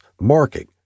marking